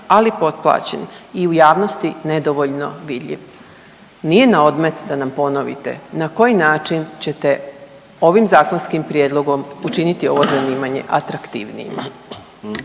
ali potplaćen i u javnosti nedovoljno vidljiv. Nije na odmet da nam ponovite na koji način ćete ovim zakonskim prijedlogom učiniti ovo zanimanje atraktivnijima.